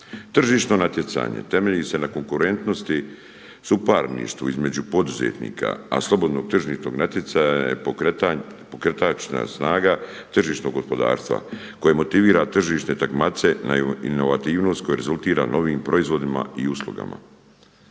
Tržišno natjecanje temelji se na konkurentnosti suparništvu između poduzetnika a slobodnog tržišnog natjecanja je pokretačka snaga tržišnog gospodarstva koje motivira tržište …/Govornik se ne razumije./… inovativnost koja rezultira novim proizvodima i uslugama.